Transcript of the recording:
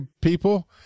people